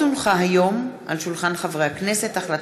מאת חברי הכנסת חמד